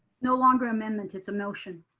no longer amendment, it's a motion.